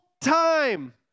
time